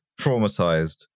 traumatized